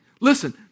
Listen